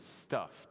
stuffed